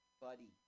buddy